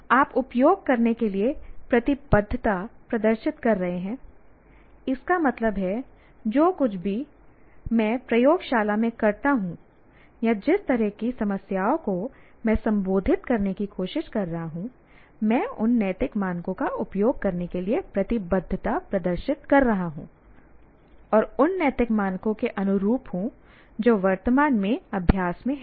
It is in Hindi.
आप उपयोग करने के लिए प्रतिबद्धता प्रदर्शित कर रहे हैं इसका मतलब है जो कुछ भी मैं प्रयोगशाला में करता हूं या जिस तरह की समस्याओं को मैं संबोधित करने की कोशिश कर रहा हूं मैं उन नैतिक मानकों का उपयोग करने के लिए प्रतिबद्धता प्रदर्शित कर रहा हूं और उन नैतिक मानकों के अनुरूप हूं जो वर्तमान में अभ्यास में हैं